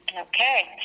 Okay